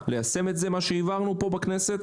וכוונה ליישם את מה שהעברנו פה בכנסת,